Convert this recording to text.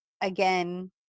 again